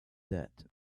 that